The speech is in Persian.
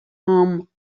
رود